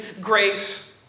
grace